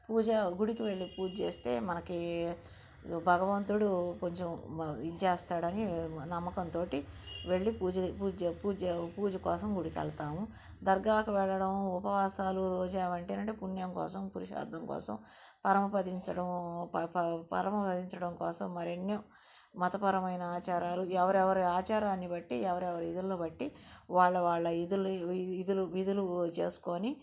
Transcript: పూజ గుడికి వెళ్ళి పూజ చేస్తే మనకి భగవంతుడు కొంచెం ఇది చేస్తాడని నమ్మకంతోటి వెళ్ళి పూజ పూజ పూజ కోసం గుడికి వెళతాము దర్గాకు వెళ్ళడము ఉపవాసాలు రోజా వంటి ఏంటంటే పుణ్యం కోసం పురుషార్ధం కోసం పరమపదించడం పరమపదించడం కోసం మరెన్నో మతపరమైన ఆచారాలు ఎవరెవరి ఆచారాన్ని బట్టి ఎవరెవరి విధులను బట్టి వాళ్ళ వాళ్ళ విధులు విధులు విధులు చేసుకొని